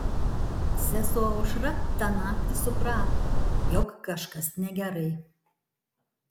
sesuo aušra tą naktį suprato jog kažkas negerai